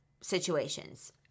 situations